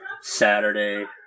Saturday